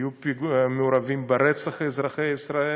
היו מעורבים ברצח אזרחי ישראל,